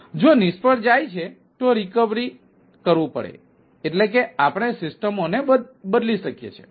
જો નિષ્ફળ જાય છે તો રિકવરી કરવું પડે એટલે કે આપણે સિસ્ટમોને બદલી શકીએ છીએ